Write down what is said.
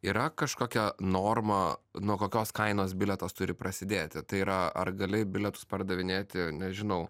yra kažkokia norma nuo kokios kainos bilietas turi prasidėti tai yra ar gali bilietus pardavinėti nežinau